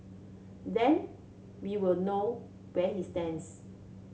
then we will know where he stands